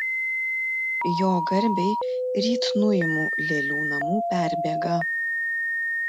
jo garbei ryt nuimu lėlių namų perbėgą